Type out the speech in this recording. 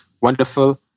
wonderful